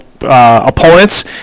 opponents